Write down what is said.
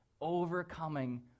overcoming